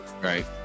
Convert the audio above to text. right